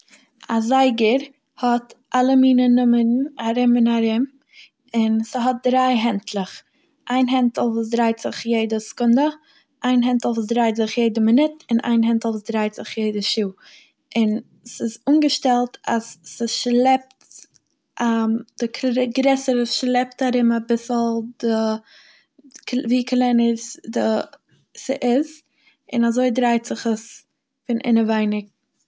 א זייגער האט אלע מינע נומערן ארום און ארום און ס'האט דריי הענטלעך, איין הענטל וואס ס'דרייט זיך יעדע סקונדע, איין הענטל וואס דרייט זיך יעדע מינוט און איין הענטל וואס דרייט זיך יעדע שעה, און ס'איז אנגעשטעלט אז ס'שלעפט די קל- גרעסערע שלעפט ארום אביסל די ווי קלענער די ס'איז און אזוי דרייעט זיך עס פון אינעווייניג.